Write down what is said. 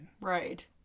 Right